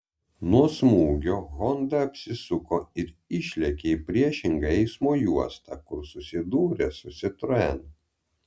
nuo smūgio honda apsisuko ir išlėkė į priešingą eismo juostą kur susidūrė su citroen